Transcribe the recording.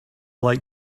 like